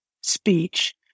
speech